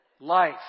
Life